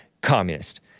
communist